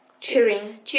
Cheering